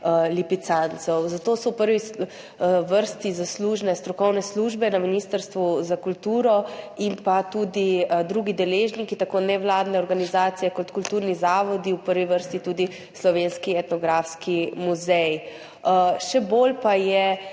lipicancev. Za to so v prvi vrsti zaslužne strokovne službe na Ministrstvu za kulturo in pa tudi drugi deležniki tako nevladne organizacije kot kulturni zavodi, v prvi vrsti tudi Slovenski etnografski muzej. Še bolj pa je